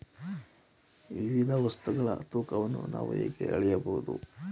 ವಿವಿಧ ವಸ್ತುಗಳ ತೂಕವನ್ನು ನಾವು ಹೇಗೆ ಅಳೆಯಬಹುದು?